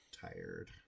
tired